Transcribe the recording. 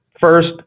first